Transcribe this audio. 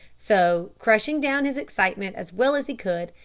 so, crushing down his excitement as well as he could,